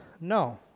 no